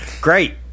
great